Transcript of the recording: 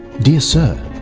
dear sir,